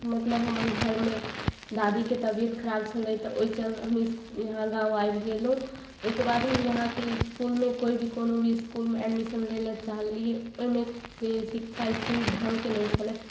मतलब हमर घरमे दादीके तबिअत खराब छलै तऽ ओहि चल हमे इहाँ गाम आबि गेलहुँ ओहिके बाद हम इहाँके इसकुलमे कोइ भी कोनो भी इसकुलमे एडमिशन लैले चाहलिए ओहिमे के शिक्षा अस्तर ढङ्गके नहि छलै